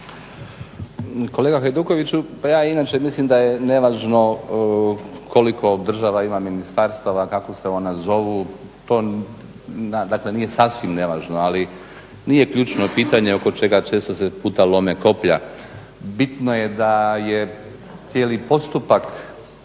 Kolega Hajdukoviću, pa ja inače mislim da je nevažno koliko država ima ministarstva, kako se ona zovu to dakle nije sasvim nevažno, ali nije ključno pitanje oko čega često se puta lome koplja. Bitno je da je cijeli postupak